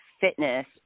fitness